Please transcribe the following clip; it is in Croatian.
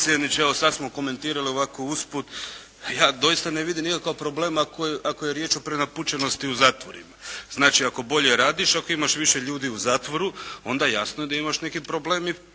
smo komentirali ovako usput. Ja doista ne vidim nikakav problem ako je riječ o prenapučenosti u zatvorima. Znači ako bolje radiš, ako imaš više ljudi u zatvoru onda jasno da imaš neki problem